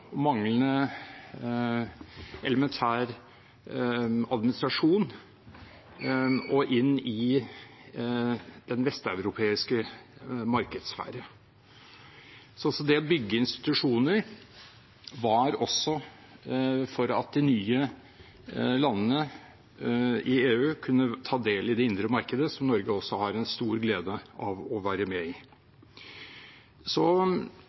manglende elementær administrasjon og inn i den vesteuropeiske markedssfære. Så det å bygge institusjoner var også for at de nye landene i EU kunne ta del i det indre markedet, som også Norge har en stor glede av å være med i. Så